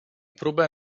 próbę